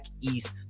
East